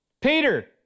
Peter